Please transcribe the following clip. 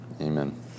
Amen